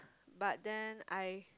but then I